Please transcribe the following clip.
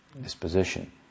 disposition